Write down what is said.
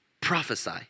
prophesy